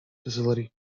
facility